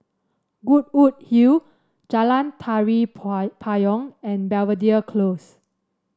Goodwood Hill Jalan Tari Payong and Belvedere Close